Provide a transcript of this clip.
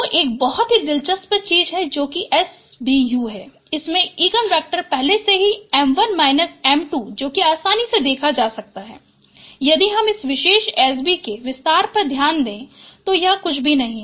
तो और एक बहुत ही दिलचस्प चीज है जो कि SBu है इसमें इगन वेक्टर पहले है कि जो कि आसानी से देखा जा सकता है यदि हम इस विशेष SB के विस्तार पर ध्यान दें तो यह कुछ भी नहीं है